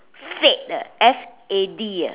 fad ah f a d eh